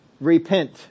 repent